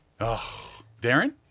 Darren